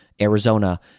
Arizona